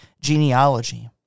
genealogy